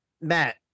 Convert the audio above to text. Matt